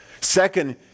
Second